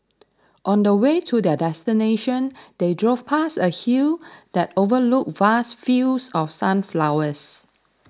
on the way to their destination they drove past a hill that overlooked vast fields of sunflowers